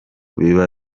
biba